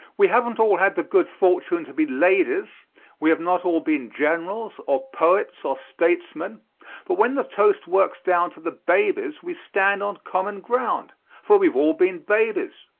we haven't all had the good fortune to be ladies we have not all been generals, or poets, or statesmen but when the toast works down to the babies, we stand on common ground for we've all been babies.